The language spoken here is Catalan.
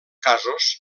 casos